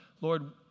Lord